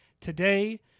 Today